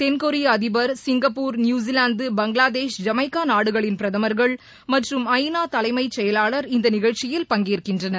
தென்கொரிய அதிபர் Singapore New Zealand Bangladesh Jamaica நாடுகளின் பிரதமர்கள் மற்றும் ஐநா தலைமைச் செயலாளர் இந்த நிகழ்ச்சியில் பங்கேற்கின்றனர்